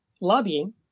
lobbying